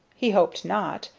he hoped not.